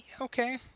Okay